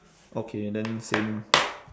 okay then same